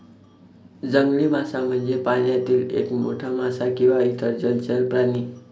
जंगली मासा म्हणजे पाण्यातील एक मोठा मासा किंवा इतर जलचर प्राणी